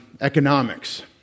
Economics